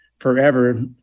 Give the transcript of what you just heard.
Forever